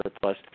plus